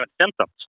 symptoms